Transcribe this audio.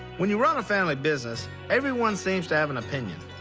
when you run a family business, everyone seems to have an opinion.